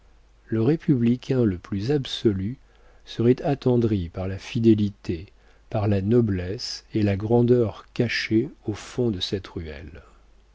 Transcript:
le républicain le plus absolu serait attendri par la fidélité par la noblesse et la grandeur cachées au fond de cette ruelle